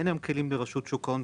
אין היום כלים לרשות שוק ההון?